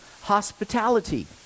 hospitality